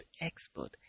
expert